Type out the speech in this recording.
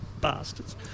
bastards